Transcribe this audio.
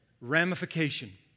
ramification